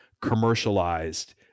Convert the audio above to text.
commercialized